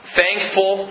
thankful